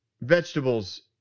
vegetables